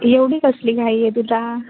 एवढी कसली घाई आहे तुला